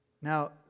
Now